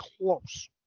close